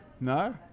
No